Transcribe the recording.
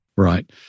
Right